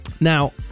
Now